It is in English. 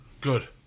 Good